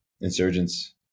insurgents